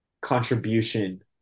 contribution